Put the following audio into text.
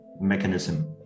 mechanism